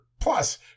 plus